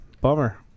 Bummer